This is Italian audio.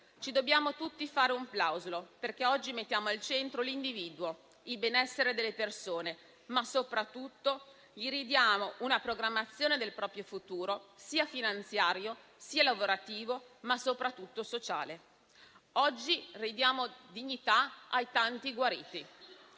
Ci dobbiamo tutti fare un plauso perché oggi mettiamo al centro l'individuo, il benessere delle persone, ma soprattutto perché restituiamo loro la possibilità di programmazione del proprio futuro sia finanziario sia lavorativo, ma soprattutto sociale. Oggi ridiamo dignità ai tanti guariti.